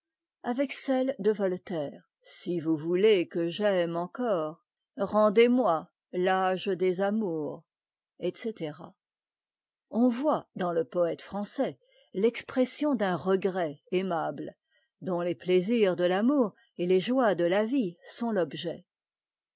avec çeues de voltaire si vous voûtez que j'aime encore e rehdez mouâge des amours etc on voit dans le poëte français t'expression d'un regret aimable dont les plaisirs de l'amour et les joies de la vie sont l'objet